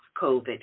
COVID